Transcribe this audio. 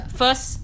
first